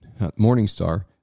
Morningstar